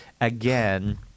again